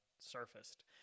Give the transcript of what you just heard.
surfaced